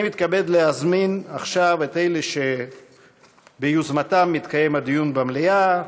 אני מתכבד להזמין עכשיו את אלה שביוזמתם מתקיים הדיון במליאה.